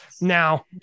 Now